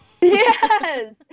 yes